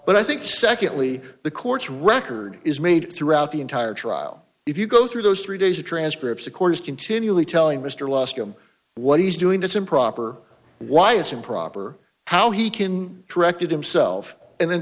but i think secondly the court's record is made throughout the entire trial if you go through those three days of transcripts the court is continually telling mr lost him what he's doing that's improper why it's improper how he can correct it himself and then